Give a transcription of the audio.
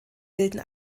bilden